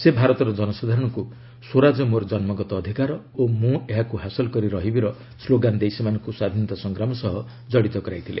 ସେ ଭାରତର କନସାଧାରଣଙ୍କୁ 'ସ୍ୱରାଜ ମୋର ଜନ୍ମଗତ ଅଧିକାର ଓ ମୁଁ ଏହାକୁ ହାସଲ କରି ରହିବି'ର ସ୍ଲୋଗାନ ଦେଇ ସେମାନଙ୍କୁ ସ୍ୱାଧୀନତା ସଂଗ୍ରାମ ସହ ଜଡ଼ିତ କରାଇଥିଲେ